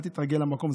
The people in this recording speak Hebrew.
אל תתרגל למקום,